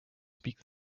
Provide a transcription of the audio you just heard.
speak